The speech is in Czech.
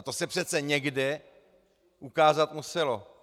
To se přece někde ukázat muselo.